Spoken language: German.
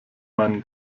meine